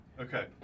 Okay